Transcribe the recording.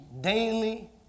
daily